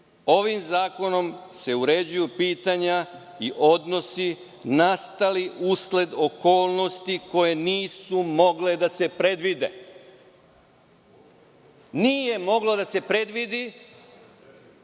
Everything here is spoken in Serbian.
ovim zakonom se uređuju pitanja i odnosi nastali usled okolnosti koje nisu mogle da se predvide. Nije moglo da se predvidi,